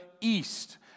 east